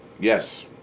Yes